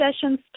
Sessions